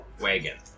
wagon